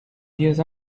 dias